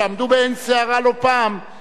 שעמדו בעין סערה לא פעם,